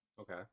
Okay